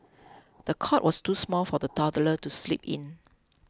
the cot was too small for the toddler to sleep in